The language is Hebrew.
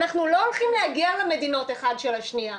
אנחנו לא הולכים להגר למדינות אחד של השנייה,